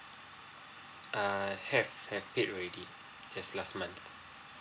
uh have have paid already just last month